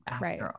right